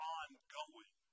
ongoing